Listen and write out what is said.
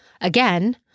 again